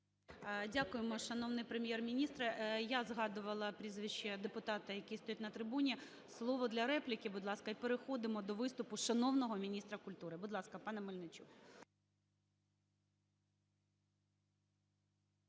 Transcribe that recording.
Дякуємо, шановний Прем'єр-міністре. Я згадувала прізвище депутата, який стоїть на трибуні. Слово для репліки, будь ласка. І переходимо до виступу шановного міністра культури. Будь ласка, пане Мельничук.